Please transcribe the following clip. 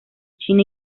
china